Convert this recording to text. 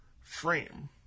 frame